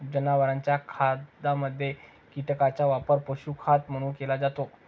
जनावरांच्या खाद्यामध्ये कीटकांचा वापर पशुखाद्य म्हणून केला जातो